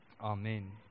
Amen